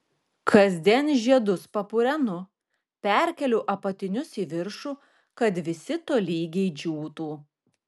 kasdien žiedus papurenu perkeliu apatinius į viršų kad visi tolygiai džiūtų